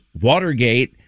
Watergate